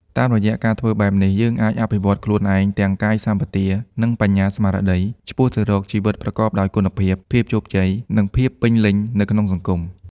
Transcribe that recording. តាមរយៈការធ្វើបែបនេះ យើងអាច អភិវឌ្ឍខ្លួនឯងទាំងកាយសម្បទា និងបញ្ញាស្មារតី ឆ្ពោះទៅរក ជីវិតប្រកបដោយគុណភាព ភាពជោគជ័យ និងភាពពេញលេញ នៅក្នុងសង្គម។